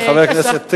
חבר הכנסת טיבי,